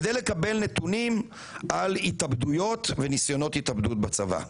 כדי לקבל נתונים על התאבדויות וניסיונות התאבדות בצבא.